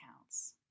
accounts